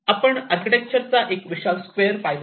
आपण आर्किटेक्चरचा एक विशाल स्क्वेअर पाहिला